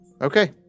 Okay